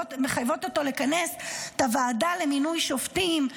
שמחייבת אותו לכנס את הוועדה למינוי שופטים.